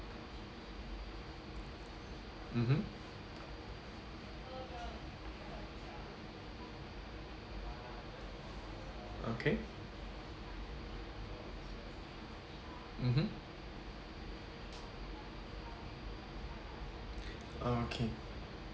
mmhmm okay mmhmm okay